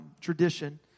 tradition